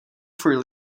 for